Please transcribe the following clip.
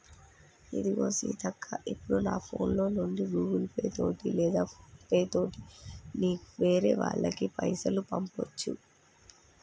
ఇదిగో సీతక్క ఇప్పుడు నా ఫోన్ లో నుండి గూగుల్ పే తోటి లేదా ఫోన్ పే తోటి నీకు వేరే వాళ్ళకి పైసలు పంపొచ్చు